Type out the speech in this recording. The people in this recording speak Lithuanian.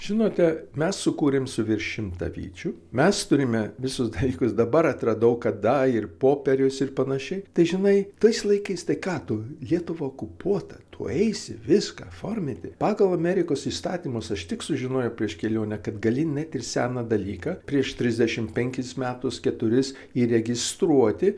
žinote mes sukūrėm su virš šimtą vyčių mes turime visus dalykus dabar atradau kada ir popierius ir panašiai tai žinai tais laikais tai ką tu lietuva okupuota tu eisi viską forminti pagal amerikos įstatymus aš tik sužinojau prieš kelionę kad gali net ir seną dalyką prieš trisdešim penkis metus keturis įregistruoti